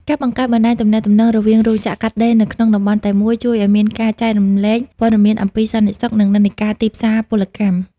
ការបង្កើតបណ្ដាញទំនាក់ទំនងរវាងរោងចក្រកាត់ដេរនៅក្នុងតំបន់តែមួយ ជួយឱ្យមានការចែករំលែកព័ត៌មានអំពីសន្តិសុខ និងនិន្នាការទីផ្សារពលកម្ម។